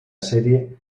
serie